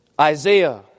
Isaiah